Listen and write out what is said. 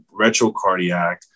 retrocardiac